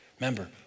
Remember